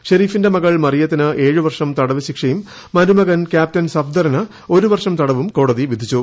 ഷെരീഫിന്റെ മകൾ മറിയത്തിന് ഏഴ് വർഷം തടവ് ശിക്ഷയും മരുമകൻ ക്യാപ്റ്റൻ സഫ്ദറിന് ഒരു വർഷം തടവും കോടതി വിധിച്ചു